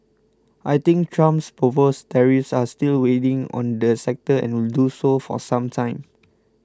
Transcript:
I think Trump's proposed tariffs are still weighing on the sector and will do so for some time